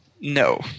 No